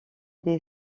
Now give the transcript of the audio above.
des